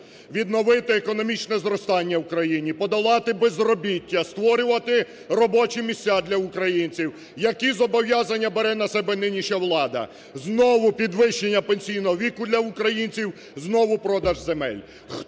відновити економічне зростання в Україні, подолати безробіття, створювати робочі місця для українців, які зобов'язання бере на себе нинішня влада? Знову підвищення пенсійного віку для українців, знову продаж земель.